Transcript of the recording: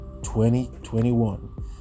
2021